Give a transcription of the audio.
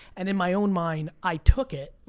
and in my own mind, i took it,